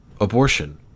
abortion